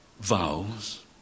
vows